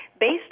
based